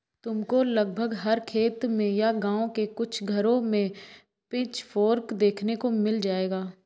तुमको लगभग हर खेत में या गाँव के कुछ घरों में पिचफोर्क देखने को मिल जाएगा